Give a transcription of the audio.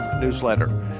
newsletter